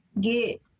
get